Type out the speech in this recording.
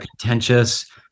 contentious